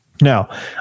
Now